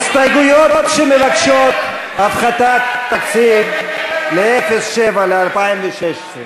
הסתייגויות שמבקשות הפחתת תקציב ב-07 ל-2016.